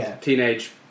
teenage